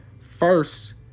first